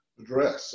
address